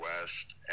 West